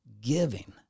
Giving